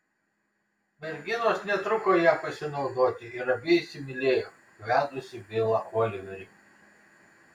merginos netruko ja pasinaudoti ir abi įsimylėjo vedusį bilą oliverį